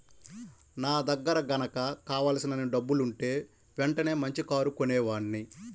నా దగ్గర గనక కావలసినన్ని డబ్బులుంటే వెంటనే మంచి కారు కొనేవాడ్ని